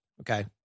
Okay